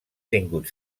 tingut